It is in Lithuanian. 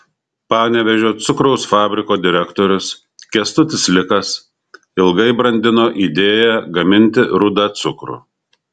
panevėžio cukraus fabriko direktorius kęstutis likas ilgai brandino idėją gaminti rudą cukrų